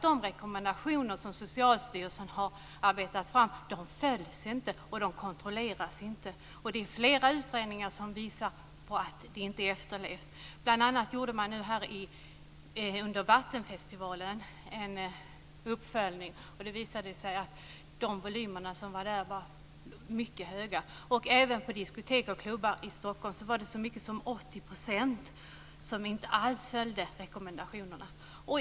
De rekommendationer som Socialstyrelsen har arbetat fram följs nämligen inte, och kontrolleras inte. Flera utredningar visar att rekommendationerna inte efterlevs. Bl.a. gjorde man en uppföljning under Vattenfestivalen. Det visade sig att volymerna där var mycket höga. Även på diskotek och klubbar i Stockholm var det så många som 80 % som inte alls följde rekommendationerna.